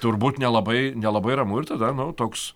turbūt nelabai nelabai ramu ir tada nu toks